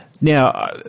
Now